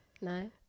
No